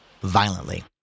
violently